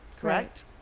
correct